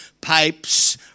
pipes